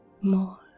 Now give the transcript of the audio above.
more